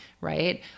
right